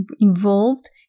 involved